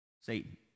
Satan